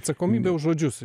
atsakomybė už žodžius